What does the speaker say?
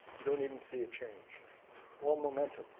you don't even see a change all momentum.